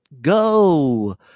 go